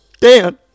Dan